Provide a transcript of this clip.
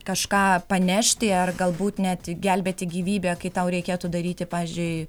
kažką panešti ar galbūt net gelbėti gyvybę kai tau reikėtų daryti pavyzdžiui